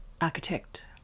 architect